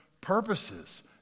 purposes